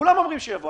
כולם אומרים שיבוא.